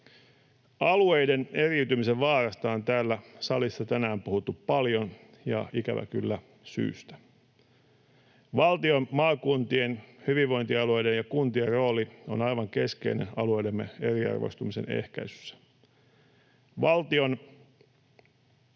Alueiden eriytymisen vaarasta on täällä salissa tänään puhuttu paljon ja ikävä kyllä syystä. Valtion, maakuntien, hyvinvointialueiden ja kuntien rooli on aivan keskeinen alueidemme eriarvoistumisen ehkäisyssä. Valtion,